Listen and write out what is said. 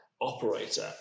operator